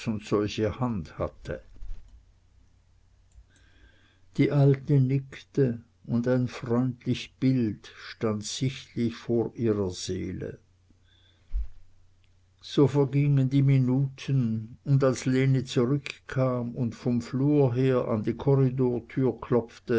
solche hand hatte die alte nickte und ein freundlich bild stand sichtlich vor ihrer seele so vergingen minuten und als lene zurückkam und vom flur her an die korridortür klopfte